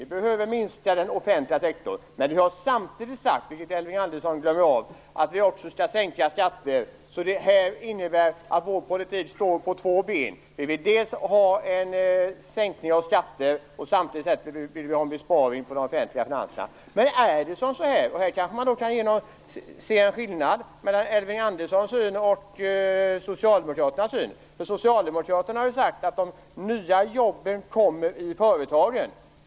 Vi behöver minska den offentliga sektorn. Men samtidigt har vi sagt, vilket Elving Andersson glömmer bort, att vi också skall sänka skatter. Detta innebär att vår politik står på två ben. Vi vill ha en sänkning av skatter samtidigt som vi vill ha en besparing i de offentliga finanserna. Här kan man kanske se en skillnad mellan Elving Anderssons syn och Socialdemokraternas. Socialdemokraterna har ju sagt att de nya jobben kommer i företagen.